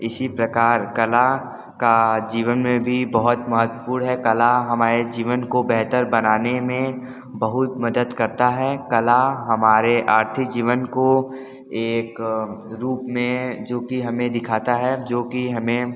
इसी प्रकार कला का जीवन में भी बहुत महत्वपूर्ण है कला हमारे जीवन को बेहतर बनाने में बहुत मदद करता है कला हमारे आर्थिक जीवन को एक रूप में जो कि हमें दिखाता है जो कि हमें